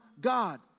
God